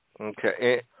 Okay